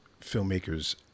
filmmakers